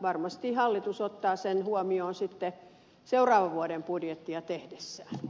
varmasti hallitus ottaa sen huomioon sitten seuraavan vuoden budjettia tehdessään